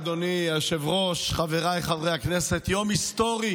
אדוני היושב-ראש, חבריי חברי הכנסת, יום היסטורי